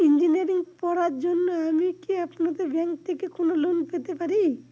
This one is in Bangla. ইঞ্জিনিয়ারিং পড়ার জন্য আমি কি আপনাদের ব্যাঙ্ক থেকে কোন লোন পেতে পারি?